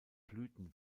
blüten